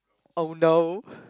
oh no